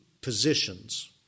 positions